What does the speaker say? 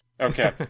Okay